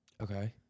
Okay